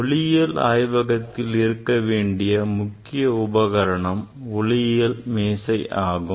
ஒளியியல் ஆய்வகத்தில் இருக்க வேண்டிய முக்கிய உபகரணம் ஒளியியல் மேசை ஆகும்